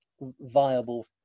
viable